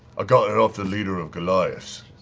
ah got it off the leader of goliaths,